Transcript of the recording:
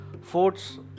forts